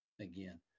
Again